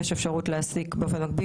יש אפשרות להעסיק באופן מקביל.